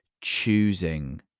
choosing